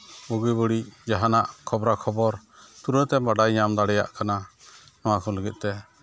ᱵᱩᱜᱤ ᱵᱟᱹᱲᱤᱡ ᱡᱟᱦᱟᱱᱟᱜ ᱠᱷᱚᱵᱚᱨᱟ ᱠᱷᱚᱵᱚᱨ ᱛᱩᱨᱟᱹᱛᱮ ᱵᱟᱰᱟᱭ ᱧᱟᱢ ᱫᱟᱲᱮᱭᱟᱜ ᱠᱟᱱᱟ ᱱᱚᱣᱟ ᱠᱚ ᱞᱟᱹᱜᱤᱫ ᱛᱮ